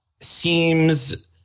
seems